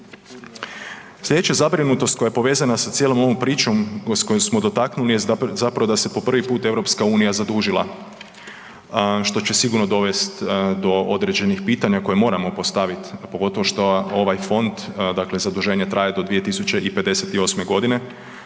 Sljedeća zabrinutost koja je povezana s cijelom ovom pričom koju smo dotaknuli jest zapravo da se po prvi put EU zadužila što će sigurno dovesti do određenih pitanja koja moramo postaviti, a pogotovo što ovaj fond zaduženje traje do 2058. godine.